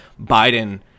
Biden